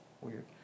weird